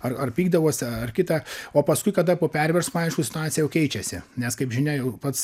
ar ar pykdavosi ar kita o paskui kada po perversmo aišku situacija jau keičiasi nes kaip žinia pats